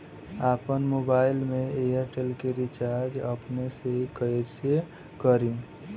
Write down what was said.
आपन मोबाइल में एयरटेल के रिचार्ज अपने से कइसे करि?